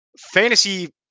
fantasy